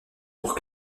pour